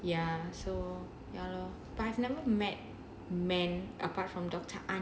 ya so ya lor but I've never met men apart from doctor anis